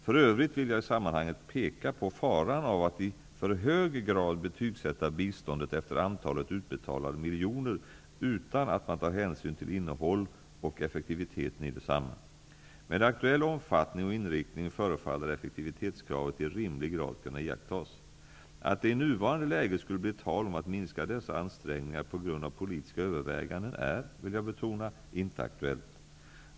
För övrigt vill jag i sammanhanget peka på faran med att i för hög grad betygsätta biståndet efter antalet utbetalade miljoner utan att man tar hänsyn till innehållet och effektiviteten i detsamma. Med aktuell omfattning och inriktning förefaller effektivitetskravet i rimlig grad kunna iakttas. Att det i nuvarande läge skulle bli tal om att minska dessa ansträngningar på grund av politiska överväganden är, vill jag betona, inte aktuellt.